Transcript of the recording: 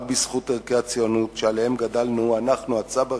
רק בזכות ערכי הציונות שעליהם גדלנו, אנחנו הצברים